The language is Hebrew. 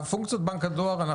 לגבי פונקציית בנק הדואר,